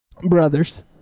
Brothers